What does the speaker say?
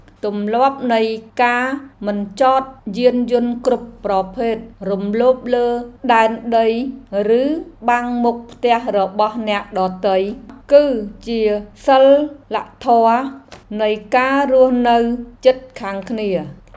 ទម្លាប់នៃការមិនចតយានយន្តគ្រប់ប្រភេទរំលោភលើដែនដីឬបាំងមុខផ្ទះរបស់អ្នកដទៃ គឺជាសីលធម៌នៃការរស់នៅជិតខាងគ្នា។